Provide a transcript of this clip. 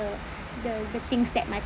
a the the things that my